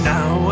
Now